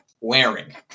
Wearing